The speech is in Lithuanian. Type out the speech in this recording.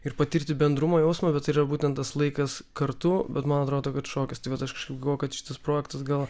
ir patirti bendrumo jausmą bet yra būtent tas laikas kartu bet man atrodo kad šokis tai vat aš kažkaip galvoju kad šitas projektas gal